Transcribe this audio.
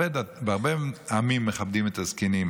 בהרבה עמים מכבדים את הזקנים,